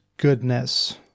Goodness